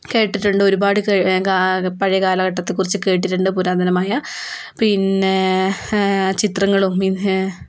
കേട്ടിട്ടുണ്ട് ഒരുപാട് പഴയ കാലഘട്ടത്തെക്കുറിച്ച് കേട്ടിട്ടുണ്ട് പുരാതനമായ പിന്നെ ചിത്രങ്ങളും